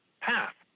path